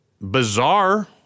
bizarre